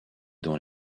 dans